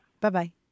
Bye-bye